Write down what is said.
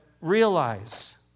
realize